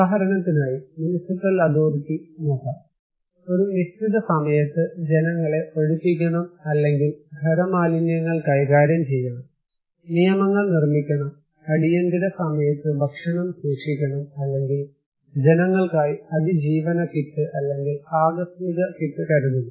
ഉദാഹരണത്തിനായി municipal authority നോക്കാം ഒരു നിശ്ചിത സമയത്ത് ജനങ്ങളെ ഒഴിപ്പിക്കണം അല്ലെങ്കിൽ ഖരമാലിന്യങ്ങൾ കൈകാര്യം ചെയ്യണം നിയമങ്ങൾ നിർമ്മിക്കണം അടിയന്തിര സമയത്ത് ഭക്ഷണം സൂക്ഷിക്കണം അല്ലെങ്കിൽ ജനങ്ങൾക്കായി അതിജീവന കിറ്റ് അല്ലെങ്കിൽ ആകസ്മിക കിറ്റ് കരുതുന്നു